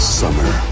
summer